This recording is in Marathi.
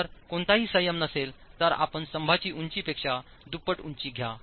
जर कोणताही संयम नसेल तर आपण स्तंभच्या उंचीपेक्षा दुप्पट उंची घ्या